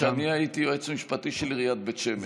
למרות שאני הייתי יועץ משפטי של עיריית בית שמש.